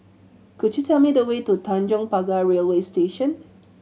could you tell me the way to Tanjong Pagar Railway Station